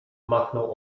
machnął